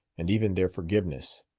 and even their forgiveness.